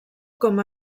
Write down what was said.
com